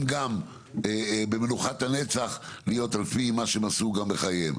גם במנוחת הנצח להיות לפי מה שהם עשו בחייהם.